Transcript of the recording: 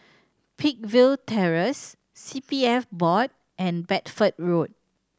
Peakville Terrace C P F Board and Bedford Road